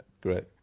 great